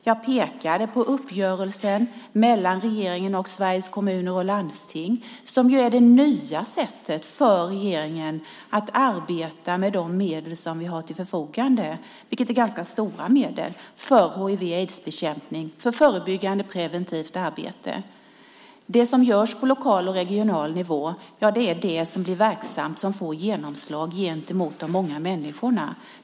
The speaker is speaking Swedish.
Jag pekade på uppgörelsen mellan regeringen och Sveriges Kommuner och Landsting, som är det nya sättet för regeringen att arbeta med de medel som vi har till förfogande, vilket är ganska stora medel, för hiv/aids-bekämpning och preventivt arbete. Det som görs på lokal och regional nivå är det som blir verksamt och som får genomslag hos de många människorna.